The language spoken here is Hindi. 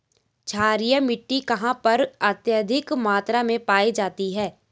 क्षारीय मिट्टी कहां पर अत्यधिक मात्रा में पाई जाती है?